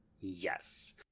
Yes